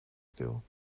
stil